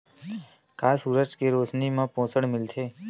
का सूरज के रोशनी म पोषण मिलथे?